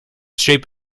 shape